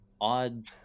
odd